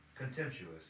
CONTEMPTUOUS